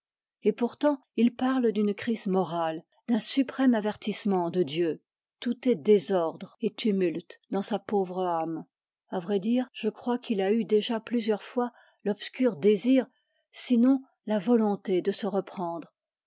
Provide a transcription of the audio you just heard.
et pourtant il parle d'une crise morale d'un suprême avertissement de dieu tout est désordre dans sa pauvre âme à vrai dire je crois qu'il a eu déjà plusieurs fois l'obscur désir sinon la volonté de se reprendre